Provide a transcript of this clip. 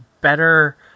better